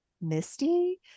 misty